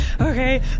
okay